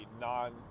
non